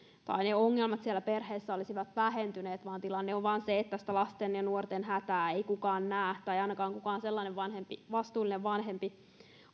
tai ne ongelmat siellä perheissä olisivat vähentyneet vaan tilanne on vain se että sitä lasten ja nuorten hätää ei kukaan näe tai ainakaan kukaan sellainen vastuullinen vanhempi